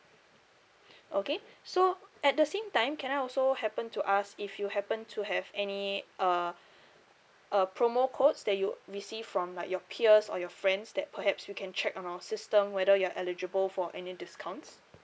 okay so at the same time can I also happen to ask if you happen to have any uh uh promo codes that you receive from like your peers or your friends that perhaps we can check on our system whether you're eligible for any discounts